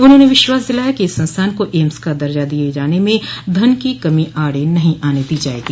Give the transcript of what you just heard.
उन्होंने विश्वास दिलाया कि इस संस्थान को एम्स का दर्जा दिये जाने में धन की कमी आड़े नहीं आने दी जाएगी